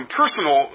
personal